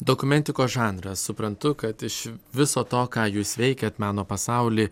dokumentikos žanras suprantu kad iš viso to ką jūs veikiat meno pasauly